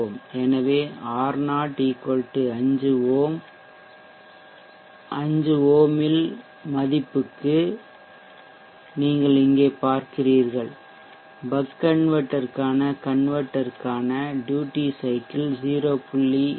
எனவே R0 5 ohms 5 ஓம்ஸின் மதிப்புக்கு நீங்கள் இங்கே பார்க்கிறீர்கள் பக் கன்வெர்ட்டர்க்கான ட்யூட்டி சைக்கிள் 0